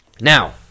Now